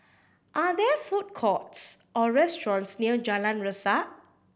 are there food courts or restaurants near Jalan Resak